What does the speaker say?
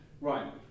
Right